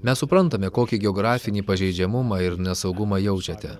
mes suprantame kokį geografinį pažeidžiamumą ir nesaugumą jaučiate